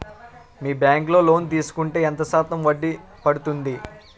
మీ bank లో loan తీసుకుంటే ఎంత శాతం వడ్డీ పడ్తుంది?